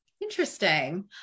Interesting